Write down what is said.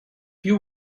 you